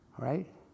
Right